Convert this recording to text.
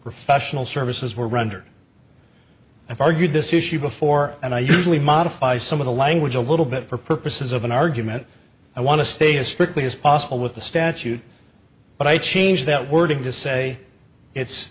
professional services were rendered i've argued this issue before and i usually modify some of the language a little bit for purposes of an argument i want to stay as strictly as possible with the statute but i changed that wording to say it's